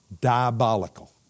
Diabolical